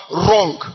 wrong